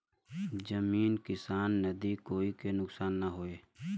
जमीन किसान नदी कोई के नुकसान न होये